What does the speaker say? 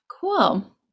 Cool